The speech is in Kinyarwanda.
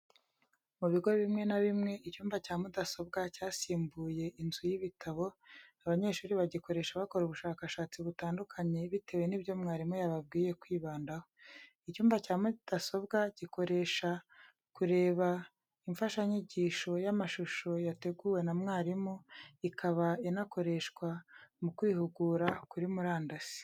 Mu bigo bimwe na bimwe icyumba cya mudasobwa cyasimbuye inzu y'ibitabo, abanyeshuri bagikoresha bakora ubushakashatsi butandukanye bitewe nibyo mwarimu yababwiye kwibandaho. Icyumba cya mudasobwa gikoresha kureba imfashanyigisho y'amashusho yateguwe na mwarimu, ikaba inakoreshwa mu kwihugura kuri murandasi.